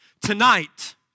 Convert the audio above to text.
Tonight